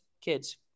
kids